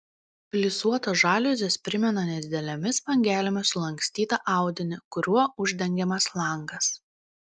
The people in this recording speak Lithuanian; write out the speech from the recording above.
plisuotos žaliuzės primena nedidelėmis bangelėmis sulankstytą audinį kuriuo uždengiamas langas